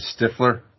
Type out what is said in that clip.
Stifler